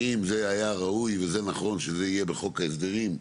האם זה היה ראוי וזה נכון שזה יהיה בחוק ההסדרים,